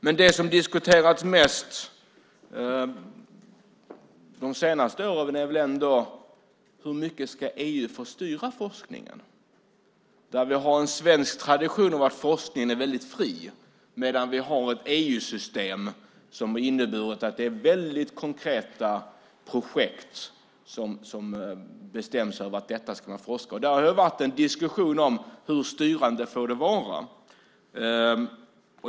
Men det som diskuterats mest de senaste åren är väl ändå hur mycket EU ska få styra forskningen. Vi har en svensk tradition av att forskningen är väldigt fri, medan vi har ett EU-system som inneburit att det är väldigt konkreta projekt som det bestäms om att man ska forska i. Det har varit en diskussion om hur styrande det får vara.